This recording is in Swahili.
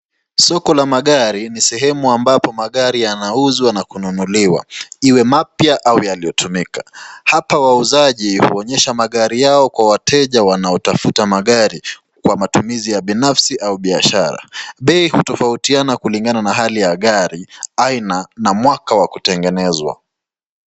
Soko la magari ni sehemu ambapo magari yanauzwa na kununuliwa. Iwe mapya au yaliyotumika. Hapa wauzaji huonyeshwa magari yao kwa wateja wanaotafuta magari kwa matumizi binafsi au biashari. Bei hutafautiana kulinganana na hali ya gari, aina na mwaka wa kutengenezwa.